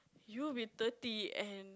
you will be thirty and